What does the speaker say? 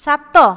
ସାତ